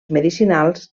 medicinals